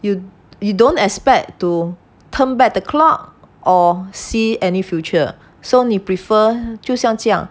you you don't expect to turn back the clock or see any future so 你 prefer 就像这样